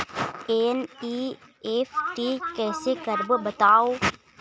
NEFT कैसे करबो बताव?